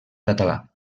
català